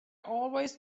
always